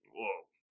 Whoa